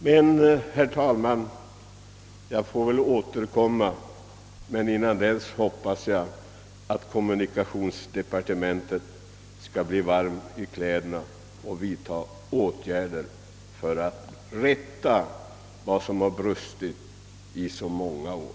Men, herr talman, jag får väl återkomma. Innan dess hoppas jag att kommunikationsdepartementet skall = bli varmt i kläderna och vidta åtgärder för att rätta vad som har brustit i så många år.